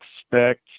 expect